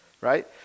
right